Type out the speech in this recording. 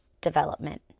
development